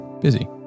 busy